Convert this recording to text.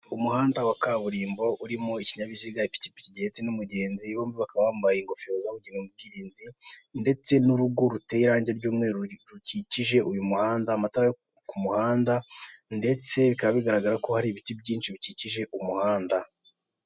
Umuhanda wa kaburimbo urimo ikinyabiziga ipikipiki gihetse n'umugenzi bombi bakaba bambaye ingofero zabugenewe mu bwirinzi ndetse n'urugo ruteye irange ry'umweru rukikije uyu muhanda amatara yo ku muhanda ndetse bikaba bikaba bigaragara ko hari ibiti byinshi bikikije umuhanda